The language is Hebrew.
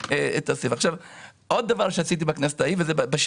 עוד דבר שעשיתי בכנסת ההיא וזה מתייחס